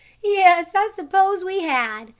yes, i suppose we had,